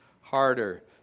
harder